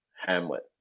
Hamlet